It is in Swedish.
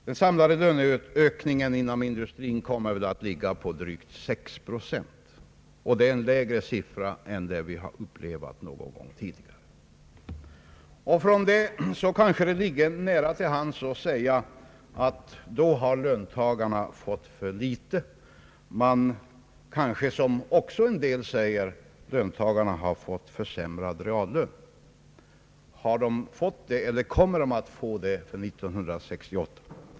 Den samlade löneökningen inom industrin kommer att ligga på drygt sex procent, och det är alltså en lägre siffra än vi upplevt någon gång tidigare. Med hänsyn härtill ligger det kanske nära till hands att säga, att löntagarna då har fått för litet, och en del kanske också säger att löntagarna har fått försämrad reallön. Har de fått det eller kommer de att få det under 1968?